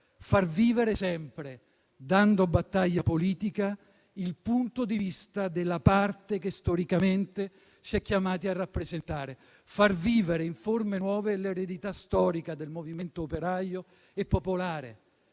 far vivere sempre, dando battaglia politica, il punto di vista della parte che storicamente si è chiamati a rappresentare; far vivere in forme nuove l'eredità storica del movimento operaio e popolare;